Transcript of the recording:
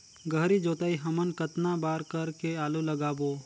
गहरी जोताई हमन कतना बार कर के आलू लगाबो?